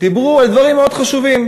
דיברו על דברים מאוד חשובים: